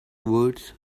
words